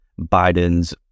Biden's